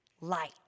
light